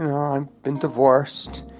and i've been divorced.